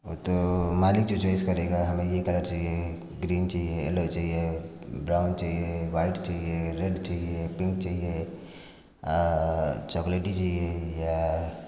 उ तो मालिक तो चॉइस करेगा हमें ये कलर चाहिए ग्रीन चाहिए एलो चाहिए ब्राउन चाहिए वाइट चाहिए रेड चाहिए पिंक चाहिए चॉकलेटी चाहिए या